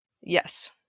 Yes